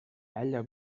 ella